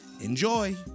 enjoy